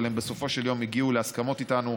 אבל הם בסופו של יום הגיעו להסכמות איתנו,